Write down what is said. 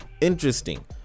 Interesting